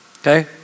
Okay